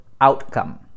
outcome